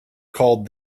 called